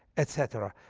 etc.